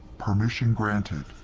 permission granted.